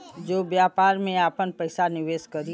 जे व्यापार में आपन पइसा निवेस करी